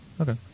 okay